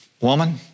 Woman